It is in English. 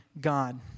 God